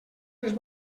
les